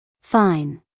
Fine